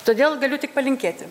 todėl galiu tik palinkėti